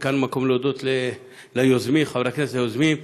וכאן המקום להודות לחברי הכנסת היוזמים,